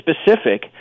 specific